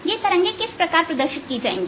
यह तरंगे किस प्रकार प्रदर्शित की जाएंगी